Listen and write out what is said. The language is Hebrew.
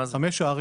מה הן חמש הערים?